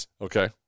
Okay